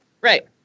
Right